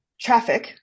traffic